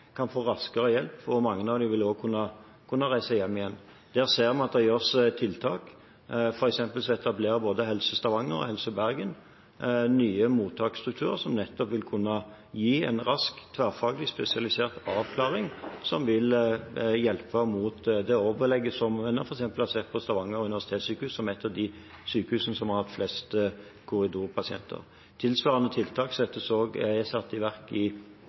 kan få raskere hjelp, og mange av dem vil også kunne reise hjem igjen. Der ser vi at det gjøres tiltak. F.eks. etablerer både Helse Stavanger og Helse Bergen nye mottaksstrukturer som nettopp vil kunne gi en rask tverrfaglig spesialisert avklaring, som vil hjelpe mot det overbelegget som en f.eks. har sett ved Stavanger universitetssykehus, som er et av de sykehusene som har hatt flest korridorpasienter. Tilsvarende tiltak er også satt i verk på Sykehuset Telemark. Sykehuset Telemark er klar over situasjonen og har satt i